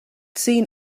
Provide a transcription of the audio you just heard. seen